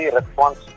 Response